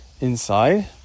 inside